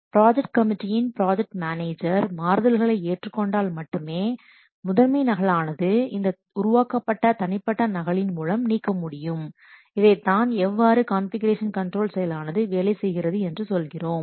project கமிட்டியின் project manager மாறுதல்களை ஏற்றுக்கொண்டால் மட்டுமே முதன்மை நகல் ஆனது இந்த உருவாக்கப்பட்ட தனிப்பட்ட நகலின் மூலம் நீக்கமுடியும் இதைத்தான் எவ்வாறு கான்ஃபிகுரேஷன் கண்ட்ரோல் செயலானது வேலை செய்கிறது என்று சொல்கிறோம்